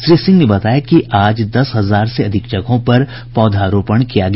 श्री सिंह ने बताया कि आज दस हजार से अधिक जगहों पर पौधारोपण किया गया